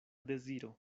deziro